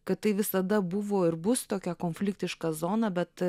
kad tai visada buvo ir bus tokia konfliktiška zona bet